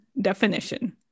definition